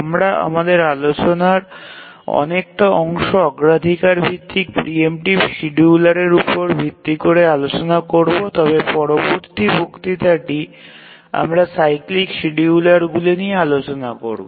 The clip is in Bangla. আমরা আমাদের আলোচনার অনেকটা অংশ অগ্রাধিকার ভিত্তিক প্রি এমটিভ শিডিউলার উপর ভিত্তি করে আলোচনা করব তবে পরবর্তী বক্তৃতাটি আমরা সাইক্লিক শিডিয়ুলারগুলি নিয়ে আলোচনা করব